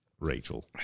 Rachel